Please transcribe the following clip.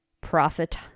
Profit